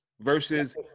versus